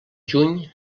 juny